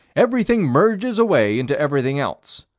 everything merges away into everything else,